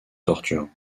torture